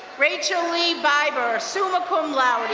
rachel lee beiber, summa cum laude,